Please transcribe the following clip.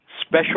special